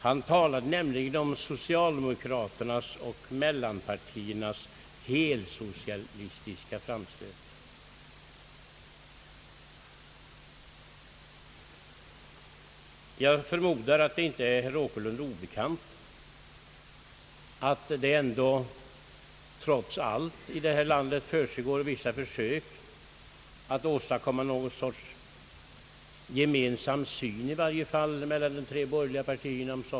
Han talade nämligen om »socialdemokraternas och mellanpartiernas helsocialistiska framstöt». Jag förmodar att det inte är herr Åkerlund obekant att det trots allt i detta land försiggår vissa försök att åstadkomma någon sorts gemensam syn på saker och ting mellan de tre borgerliga partierna.